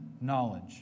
knowledge